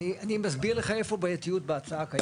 אני מסביר לך איפה הבעייתיות בהצעה הקיימת.